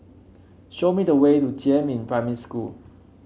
show me the way to Jiemin Primary School